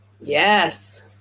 Yes